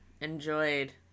enjoyed